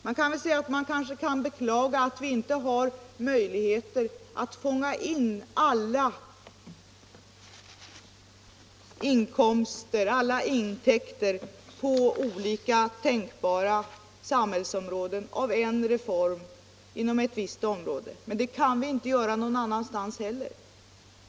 Man kan kanske beklaga att vi inte har möjligheter att på olika enskilda samhällsområden studera verkningarna av en reform som denna, men det kan vi inte göra när det gäller andra reformer heller.